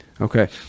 okay